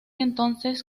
entonces